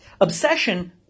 Obsession